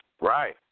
Right